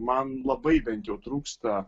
man labai bent jau trūksta